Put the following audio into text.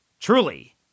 Truly